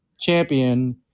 champion –